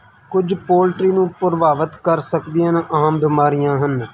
ਕੁਝ ਪੋਲਟਰੀ ਨੂੰ ਪ੍ਰਭਾਵਿਤ ਕਰ ਸਕਦੀਆਂ ਹਨ ਆਮ ਬਿਮਾਰੀਆਂ ਹਨ